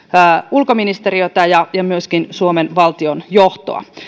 ulkoministeriötä ja ja myöskin suomen valtionjohtoa